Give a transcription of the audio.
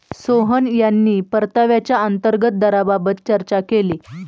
सोहन यांनी परताव्याच्या अंतर्गत दराबाबत चर्चा केली